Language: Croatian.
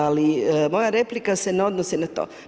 Ali moja replika se ne odnosi na to.